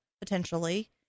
potentially